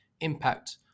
impact